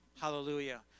Hallelujah